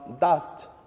dust